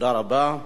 תודה רבה.